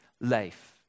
life